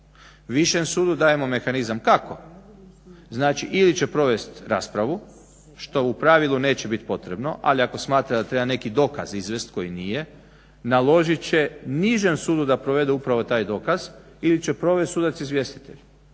Višem sudu dajemo mehanizam tako. Znači ili će provest raspravu što u pravilu neće bit potrebno, ali ako smatra da treba neki dokaz izvesti koji nije naložit će nižem sudu da provede upravo taj dokaz ili će provesti sudac izvjestitelj.